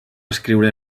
escriure